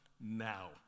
Now